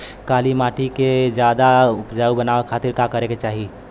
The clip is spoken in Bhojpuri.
काली माटी के ज्यादा उपजाऊ बनावे खातिर का करे के चाही?